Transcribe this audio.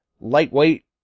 Lightweight